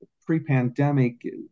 pre-pandemic